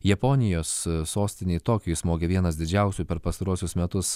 japonijos sostinei tokijui smogė vienas didžiausių per pastaruosius metus